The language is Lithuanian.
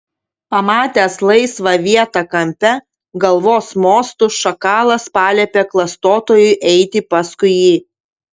pamatęs laisvą vietą kampe galvos mostu šakalas paliepė klastotojui eiti paskui jį